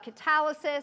catalysis